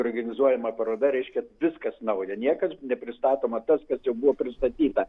organizuojama paroda reiškia viskas nauja niekas nepristatoma tas kas jau buvo pristatyta